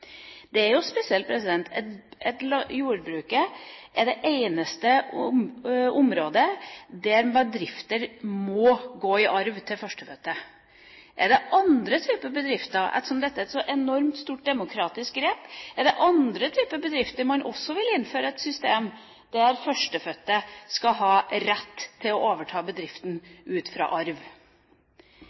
Det er jo spesielt at jordbruket er det eneste området der bedrifter må gå i arv til førstefødte. Er det andre typer bedrifter, ettersom dette er et så enormt stort demokratisk grep, der man også vil innføre et system der førstefødte skal ha rett til å overta bedriften ut fra arv?